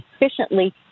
efficiently